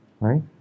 Right